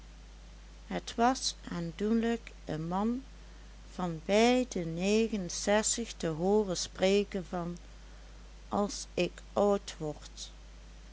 het was aandoenlijk een man van bij de negenenzestig te hooren spreken van als ik oud word